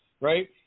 right